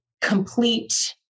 complete